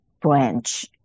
branch